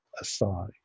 aside